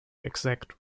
exact